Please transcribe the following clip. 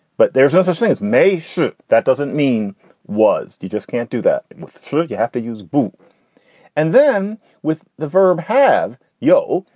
but there's no such thing as may shoot. that doesn't mean was. you just can't do that through. you have to use boop and then with the verb have yo.